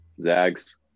Zags